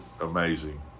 amazing